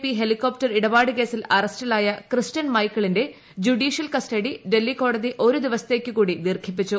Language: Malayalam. പി ഹെലികോപ്ടർ ഇടപാടു അഗസ്റ്റ കേസിൽ അറസ്റ്റിലായ ക്രിസ്ത്യൻ മൈക്കിളിന്റെ ജുഡീഷ്യൽ കസ്റ്റഡി ഡൽഹി കോടതി ഒരു ദിവസത്തേക്കു കൂടി ദീർഘിപ്പിച്ചു